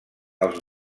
els